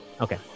okay